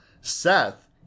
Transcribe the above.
Seth